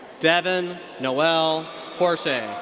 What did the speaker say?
devyn noelle porchia.